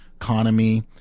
economy